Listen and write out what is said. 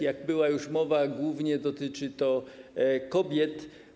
Jak była już o tym mowa, głównie dotyczy to kobiet.